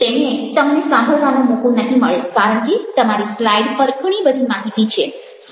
તેમને તમને સાંભળવાનો મોકો નહિ મળે કારણ કે તમારી સ્લાઇડ પર ઘણી બધી માહિતી છે